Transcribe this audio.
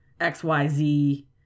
XYZ